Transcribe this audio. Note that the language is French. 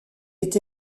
est